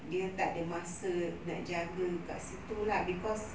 dia tak ada masa nak jaga dekat situ lah because